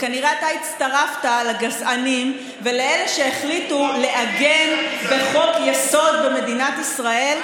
וכנראה אתה הצטרפת לגזענים ולאלה שהחליטו לעגן בחוק-יסוד במדינת ישראל,